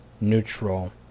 neutral